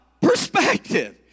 perspective